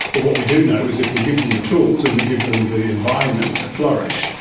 but what we do know is if we give them the tools and we give them the environment to flourish,